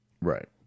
Right